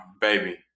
Baby